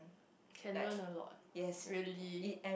can learn a lot really